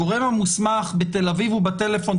הגורם המוסמך בתל אביב הוא בטלפון,